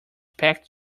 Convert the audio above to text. packed